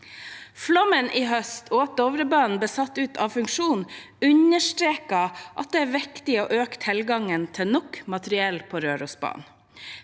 Flommen i høst og at Dovrebanen ble satt ut av funksjon, understreker at det er viktig å øke tilgangen til nok materiell på Rørosbanen.